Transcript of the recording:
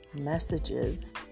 messages